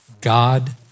God